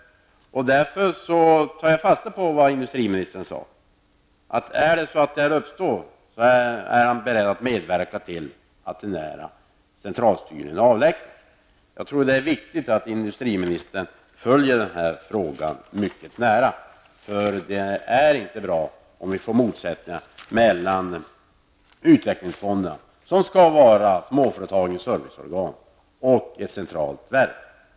Jag tar därför fasta på det industriministern sade, dvs. att om en centralstyrning uppstår är han beredd att medverka till att den avlägsnas. Jag tror det är viktigt att industriministern följer denna fråga mycket noggrant. Det är inte bra om vi får motsättningar mellan utvecklingsfonderna, som skall vara småföretagens serviceorgan, och ett centralt verk.